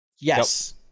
Yes